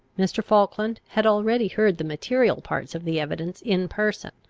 mr. falkland had already heard the material parts of the evidence in person